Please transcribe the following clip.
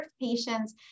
patients